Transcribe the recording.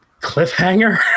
cliffhanger